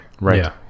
Right